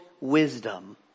wisdom